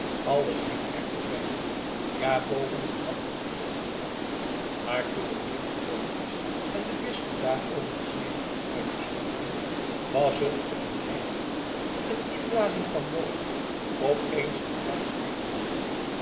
alles liep echter buiten ja boven verwachting gelukkig af maar toen het kind gedoopt was en de bisschop daarover den zegen had uitgesproken was het of een heilig vuur een inblazing van boven op eens den grijsaard bezielde